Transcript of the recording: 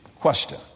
Question